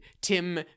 Tim